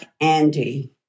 Andy